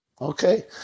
Okay